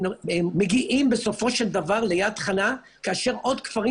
הם מגיעים בסופו של דבר ליד חנה כאשר עוד כפרים